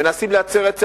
מנסים להצר את צעדינו,